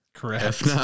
Correct